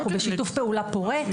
אנחנו בשיתוף פעולה פורה,